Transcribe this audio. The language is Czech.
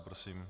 Prosím.